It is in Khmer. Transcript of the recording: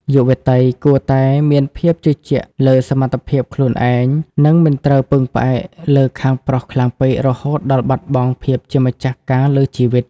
យុវតីគួរតែ "មានភាពជឿជាក់លើសមត្ថភាពខ្លួនឯង" និងមិនត្រូវពឹងផ្អែកលើខាងប្រុសខ្លាំងពេករហូតដល់បាត់បង់ភាពជាម្ចាស់ការលើជីវិត។